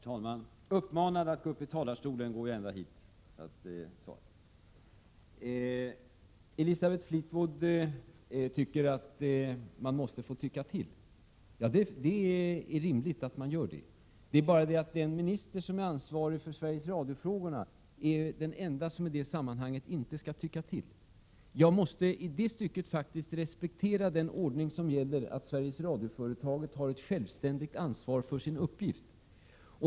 Herr talman! Uppmanad att gå upp i talarstolen beger jag mig ända hit för att svara. Elisabeth Fleetwood tycker att man måste få tycka till. Ja, det är rimligt. Det är bara det att den minister som är ansvarig för Sveriges Radio-frågorna är den ende som i det här sammanhanget inte skall tycka till. Jag måste faktiskt i det stycket respektera den ordning som gäller, att Sveriges Radio-företaget har ett självständigt ansvar för sin uppgift.